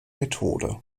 methode